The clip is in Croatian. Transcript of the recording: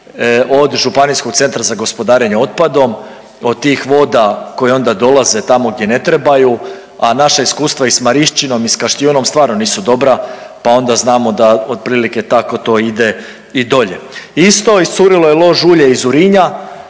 od Županijskog centra za gospodarenje otpadom, od tih voda koje onda dolaze tamo gdje ne trebaju, a naša iskustva i s Marišćinom i Kaštjunom stvarno nisu dobra pa onda znamo da otprilike tako to ide i dolje. Isto iscurilo je lož ulje iz Urinja